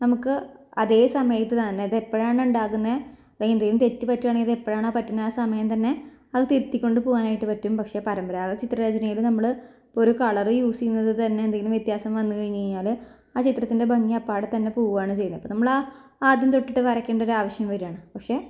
നമുക്ക് അതേ സമയത്ത് തന്നെ ഇത് എപ്പോഴാണ് ഉണ്ടാകുന്നത് അല്ലെങ്കിൽ എന്തെങ്കിലും തെറ്റ് പറ്റുകയാണെങ്കില് അത് എപ്പോഴാണോ പറ്റുന്നത് ആ സമയം തന്നെ അത് തിരുത്തി കൊണ്ട് പോവാനായിട്ട് പറ്റും പക്ഷേ പരമ്പരാഗത ചിത്രരചനയിൽ നമ്മൾ ഇപ്പോൾ ഒരു കളർ യൂസ് ചെയ്യുന്നത് തന്നെ എന്തെങ്കിലും വ്യത്യാസം വന്നു കഴിഞ്ഞുകഴിഞ്ഞാൽ ആ ചിത്രത്തിന്റെ ഭംഗി അപ്പാടെ തന്നെ പോവുകയാണ് ചെയ്യുന്നത് അപ്പം നമ്മൾ ആ ആദ്യം തൊട്ടിട്ട് വരയ്ക്കേണ്ട ഒരാവശ്യം വരുകയാണ് പക്ഷേ